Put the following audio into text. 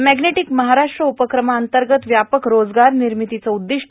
magnetic Maharashtra उपक्रमांतर्गत व्यापक रोजगार निर्मितीचं उद्दिष्ट